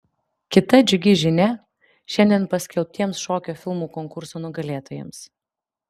kita džiugi žinia šiandien paskelbtiems šokio filmų konkurso nugalėtojams